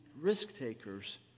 risk-takers